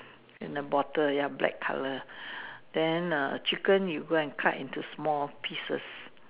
in a bottle ya black colour then err chicken you go and cut into small pieces